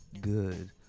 Good